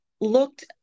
looked